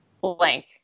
blank